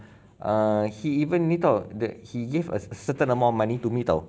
err he even ni [tau] that he gave a certain amount of money to me [tau]